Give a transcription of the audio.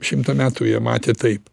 šimtą metų jie matė taip